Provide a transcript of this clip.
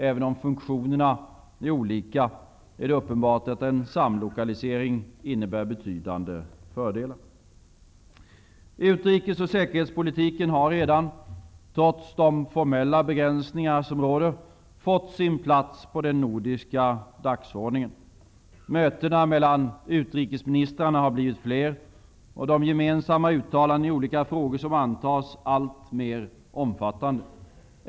Även om funktionerna är olika, är det uppenbart att en samlokalisering innebär betydande fördelar. Utrikes och säkerhetspolitiken har redan, trots de formella begränsningar som råder, fått sin plats på den nordiska dagordningen. Mötena mellan utrikesministrarna har blivit fler, och de gemensamma uttalandena i olika frågor som antas har blivit alltmer omfattande.